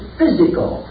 physical